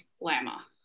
llama